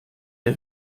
der